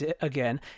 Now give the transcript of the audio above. again